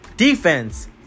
Defense